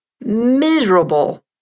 miserable